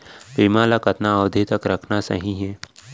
बीमा ल कतना अवधि तक रखना सही हे?